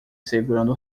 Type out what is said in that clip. segurando